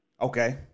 Okay